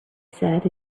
said